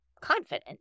confident